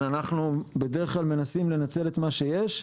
אז אנחנו בדרך כלל מנסים לנצל את מה שיש,